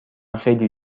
خیلی